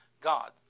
God